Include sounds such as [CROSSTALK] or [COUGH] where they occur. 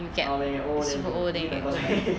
ah when you get old then you [NOISE] [LAUGHS]